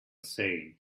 saying